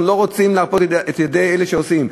אנחנו לא רוצים לרפות את ידי אלה שעושים.